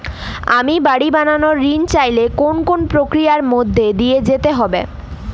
আমি বাড়ি বানানোর ঋণ চাইলে কোন কোন প্রক্রিয়ার মধ্যে দিয়ে যেতে হবে?